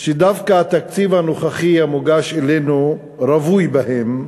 שדווקא התקציב הנוכחי המוגש אלינו רווי בהן,